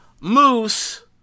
Moose